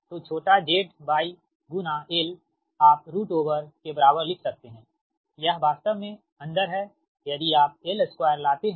तो छोटा zylआप रूट ओवर के बराबर लिख सकते हैं यह वास्तव में अंदर है यदि आपl2लाते हैं